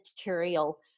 material